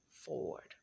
forward